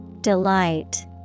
Delight